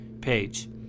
page